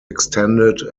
extended